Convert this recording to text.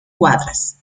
cuadras